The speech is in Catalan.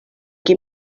qui